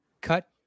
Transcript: cut